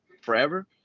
forever